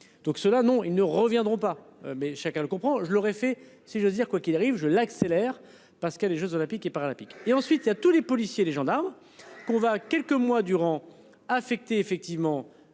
Donc cela non, ils ne reviendront pas. Mais chacun le comprend, je l'aurais fait si j'ose dire, quoi qu'il arrive je l'accélère parce que les Jeux olympiques et paralympiques et ensuite il y a tous les policiers, les gendarmes qu'on va quelques mois durant. Effectivement.